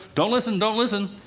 don't listen, don't listen!